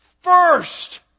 first